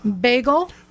Bagel